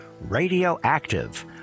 Radioactive